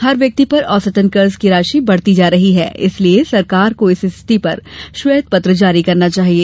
हर व्यक्ति पर औसतन कर्ज की राशि बढती जा रही है इसलिए सरकार को इस स्थिति पर श्वेत पत्र जारी करना चाहिए